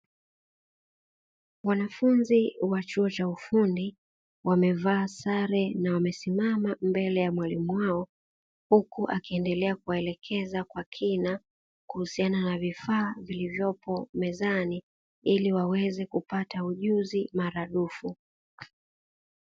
Wanafunzi wa chuo cha ufundi wamevaa sare na wamesimama mbele ya mwalimu wao. Huku akiendelea kuwaelekeza kwa kina kuhusiana na vifaa vilivyopo mezani, ili waweze kupata ujuzi mara dufu.